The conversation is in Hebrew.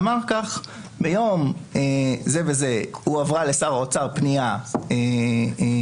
ואמר שביום זה וזה הועברה לשר האוצר פנייה בעניין.